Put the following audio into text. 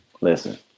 Listen